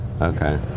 Okay